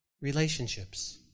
Relationships